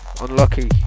unlucky